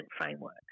framework